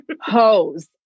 Hose